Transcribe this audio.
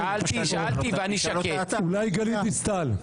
שרה בממשלה שלך.